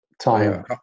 time